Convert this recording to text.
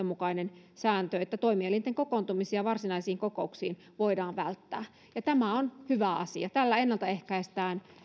mukainen sääntö että toimielinten kokoontumisia varsinaisiin kokouksiin voidaan välttää tämä on hyvä asia tällä ennaltaehkäistään